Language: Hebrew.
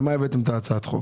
למה הבאתם את הצעת החוק.